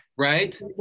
Right